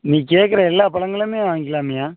நீ கேட்கற எல்லா பழங்களுமே வாங்கிக்கலாம்யா